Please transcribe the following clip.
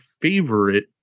favorite